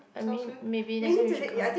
I mean maybe next time you should come